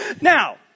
Now